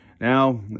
Now